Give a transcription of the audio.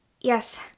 yes